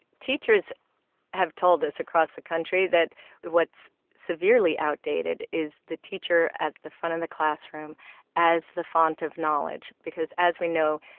teachers have told us across the country that what's severely outdated is the teacher at the front of and the classroom as the font of knowledge, because as we know,